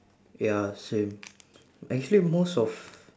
ya same actually most of